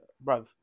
bro